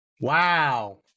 Wow